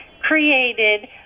created